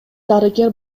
дарыгер